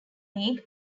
league